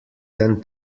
than